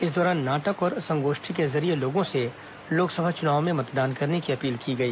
इस दौरान नाटक और संगोष्ठी के जरिये लोगों से लोकसभा चुनाव में मतदान करने की अपील की गई